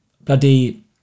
bloody